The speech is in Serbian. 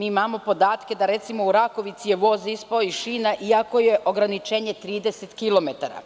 Imamo podatke da, recimo, u Rakovici je voz ispao iz šina, iako je ograničenje 30 km.